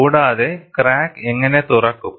കൂടാതെ ക്രാക്ക് എങ്ങനെ തുറക്കും